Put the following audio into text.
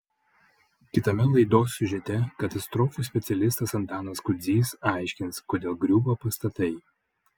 kitame laidos siužete katastrofų specialistas antanas kudzys aiškins kodėl griūva pastatai